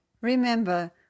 Remember